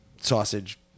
sausage